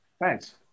thanks